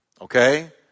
okay